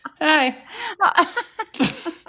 hi